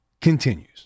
continues